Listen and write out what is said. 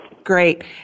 Great